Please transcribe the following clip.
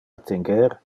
attinger